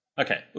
Okay